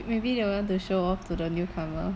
m~ maybe they want to show off to the newcomer